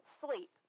sleep